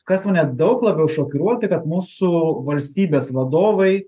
kas mane daug labiau šokiruo tai kad mūsų valstybės vadovai